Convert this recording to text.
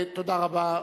תודה רבה.